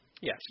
Yes